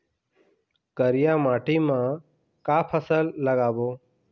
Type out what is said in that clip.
करिया माटी म का फसल लगाबो?